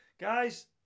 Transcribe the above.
guys